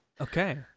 Okay